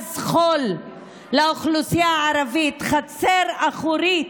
ארגז חול לאוכלוסייה הערבית, חצר אחורית,